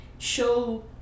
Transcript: show